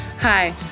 Hi